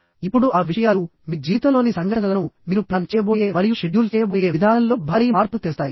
ఇప్పుడు ఆ విషయాలు మీ జీవితంలోని సంఘటనలను మీరు ప్లాన్ చేయబోయే మరియు షెడ్యూల్ చేయబోయే విధానంలో భారీ మార్పును తెస్తాయి